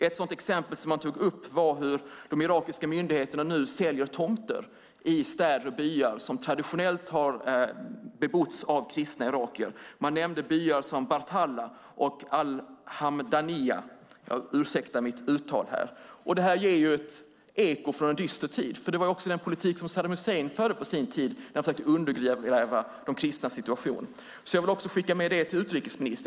Ett exempel som togs upp var hur de irakiska myndigheterna nu säljer tomter i städer och byar som traditionellt har bebotts av kristna irakier. Man nämnde byar som Bartella och Al-Hamdaniya. Detta ger ett eko från en dyster tid, för det var denna politik också Saddam Hussein förde på sin tid när han försökte undergräva de kristnas situation. Jag vill alltså skicka med detta till utrikesministern.